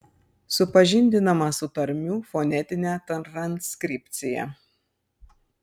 supažindinama su tarmių fonetine transkripcija